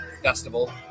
Festival